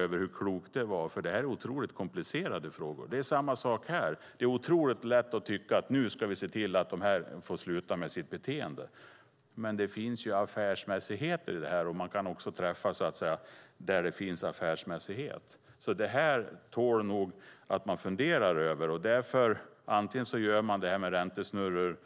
Frågan är hur klokt det är, för det gäller mycket komplicerade saker. Också här är det lätt att tycka att vi ska se till att de slutar med sitt beteende, men det finns även affärsmässighet i detta och man kan träffa den delen. Det tål att fundera över. Man kan göra som det har föreslagits beträffande räntesnurrorna,